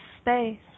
space